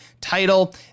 title